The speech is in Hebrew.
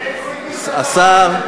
השר,